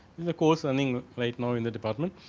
in the course learning right now in the department.